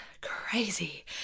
crazy